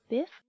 Biff